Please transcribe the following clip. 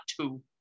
two